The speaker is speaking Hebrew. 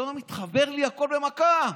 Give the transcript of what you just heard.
פתאום התחוור לי הכול, במכה.